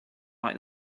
like